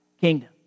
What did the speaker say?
kingdom